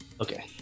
Okay